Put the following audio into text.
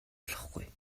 болохгүй